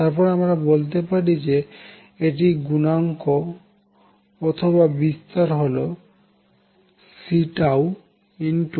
তারপর আমরা বলতে পারি যে এটির গুনাঙ্ক অথবা বিস্তার হল Ceiτnt